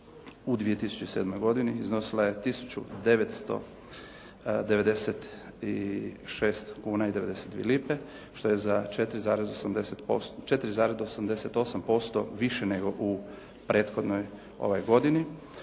u 2007. godini iznosila je 1996 kuna i 92 lipe, što je za 4,88% više nego u prethodnoj godini